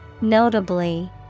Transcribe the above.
notably